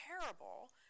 terrible